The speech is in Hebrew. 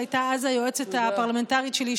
שהייתה אז היועצת הפרלמנטרית שלי,